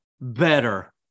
better